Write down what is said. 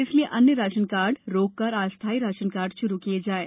इसलिए अन्य ration card रोककर अस्थायी राशन कार्य शुरू किए जाएं